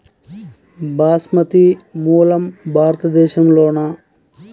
బాస్మతి మూలం భారతదేశంలోనా?